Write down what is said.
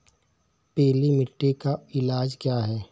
पीली मिट्टी का इलाज क्या है?